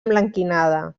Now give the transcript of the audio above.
emblanquinada